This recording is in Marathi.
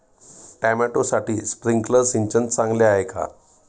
टोमॅटोसाठी स्प्रिंकलर सिंचन चांगले आहे का?